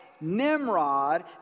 Nimrod